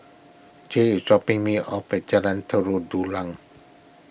J is dropping me off at Jalan Tari Dulang